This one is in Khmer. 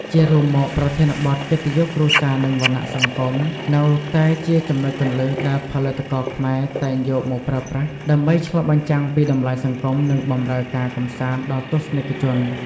ជារួមមក ប្រធានបទ កិត្តិយសគ្រួសារ និងវណ្ណៈសង្គម នៅតែជាចំណុចគន្លឹះដែលផលិតករខ្មែរតែងយកមកប្រើប្រាស់ដើម្បីឆ្លុះបញ្ចាំងពីតម្លៃសង្គម និងបម្រើការកម្សាន្តដល់ទស្សនិកជន។